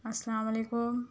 السّلام علیکم